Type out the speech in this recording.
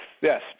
yes